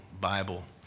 Bible